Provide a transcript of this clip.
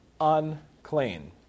unclean